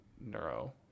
neuro